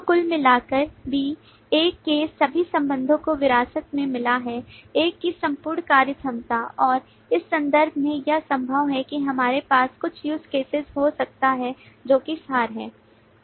तो कुल मिलाकर B A के सभी संबंधों को विरासत में मिला है A की संपूर्ण कार्यक्षमता और इस संदर्भ में यह संभव है कि हमारे पास कुछ use caseहो सकता है जो कि सार है